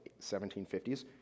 1750s